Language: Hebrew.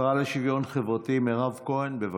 השרה לשוויון חברתי מירב כהן, בבקשה.